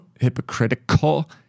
hypocritical